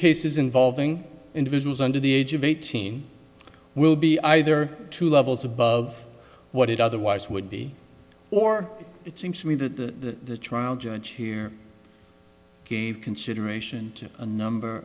cases involving individuals under the age of eighteen will be either two levels above what it otherwise would be or it seems to me that the trial judge here gave consideration to a number